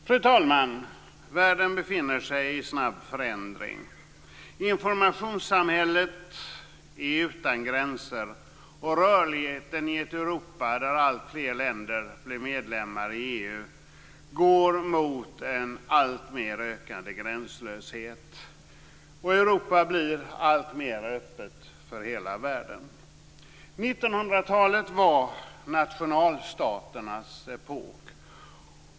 Fru talman! Världen befinner sig i snabb förändring. Informationssamhället är utan gränser, och rörligheten i ett Europa där alltfler länder blir medlemmar i EU går mot en alltmer ökande gränslöshet. Europa blir alltmer öppet för hela världen. 1900-talet var nationalstaternas epok.